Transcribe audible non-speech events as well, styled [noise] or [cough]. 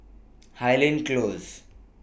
[noise] Highland Close